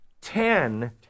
ten